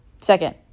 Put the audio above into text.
Second